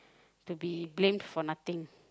to be blamed for nothing